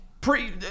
Pre